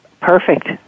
Perfect